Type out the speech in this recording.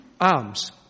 Arms